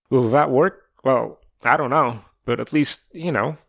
will that work? well i don't know, but at least you know